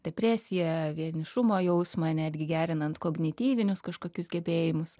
depresiją vienišumo jausmą netgi gerinant kognityvinius kažkokius gebėjimus